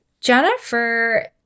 Jennifer